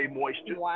Moisture